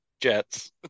Jets